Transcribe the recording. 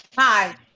Hi